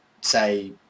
say